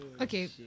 Okay